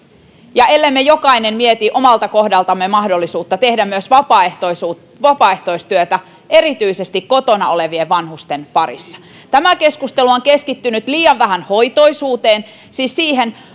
ja ellemme jokainen mieti omalta kohdaltamme mahdollisuutta tehdä myös vapaaehtoistyötä vapaaehtoistyötä erityisesti kotona olevien vanhusten parissa tämä keskustelu on keskittynyt liian vähän hoitoisuuteen siis niihin